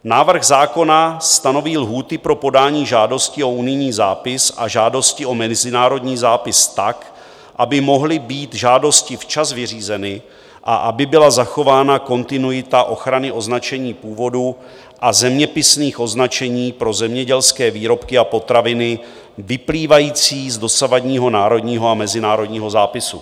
Návrh zákona stanoví lhůty pro podání žádosti o unijní zápis a žádosti o mezinárodní zápis tak, aby mohly být žádosti včas vyřízeny a aby byla zachována kontinuita ochrany označení původu a zeměpisných označení pro zemědělské výrobky a potraviny vyplývající z dosavadního národního a mezinárodního zápisu.